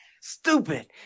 stupid